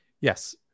yes